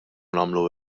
nagħmlu